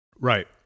Right